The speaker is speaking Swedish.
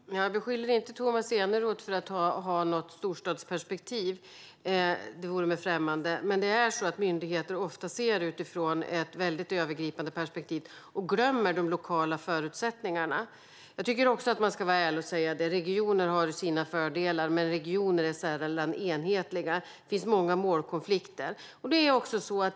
Fru talman! Jag beskyller inte Tomas Eneroth för att ha något storstadsperspektiv. Det vore mig främmande. Men myndigheter ser det ofta utifrån ett övergripande perspektiv och glömmer de lokala förutsättningarna. Man ska vara ärlig och säga att regioner har sina fördelar, men regioner är sällan enhetliga. Det finns många målkonflikter.